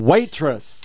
Waitress